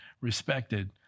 respected